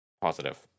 positive